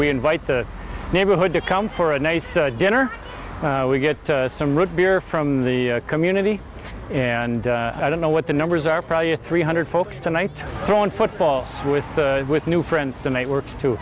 we invite the neighborhood to come for a nice dinner we get some root beer from the community and i don't know what the numbers are probably a three hundred folks tonight throwing footballs with new friends tonight works to